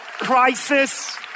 crisis